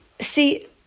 See